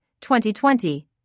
2020